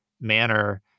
manner